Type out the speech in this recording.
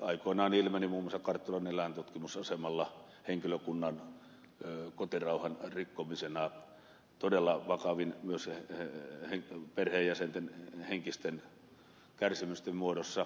aikoinaan tämä ilmeni muun muassa karttulan eläintutkimusasemalla henkilökunnan kotirauhan rikkomisena todella vakavien myös perheenjäsenten henkisten kärsimysten muodossa